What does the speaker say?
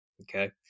Okay